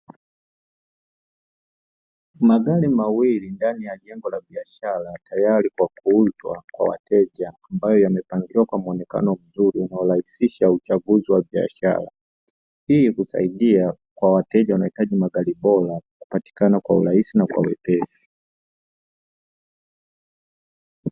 Magari mawili ndani ya jengo la biashara tayari kwa kuuzwa kwa wateja ambayo yamepangiwa kwa muonekano mzuri unaorahisisha uchaguzi wa biashara, hii ikusaidie kwa wateja wanahitaji magari bora kupatikana kwa urahisi na kwa wepesi.